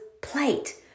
plate